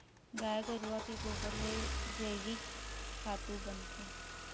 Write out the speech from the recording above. गाय गरूवा के गोबर ले जइविक खातू बनथे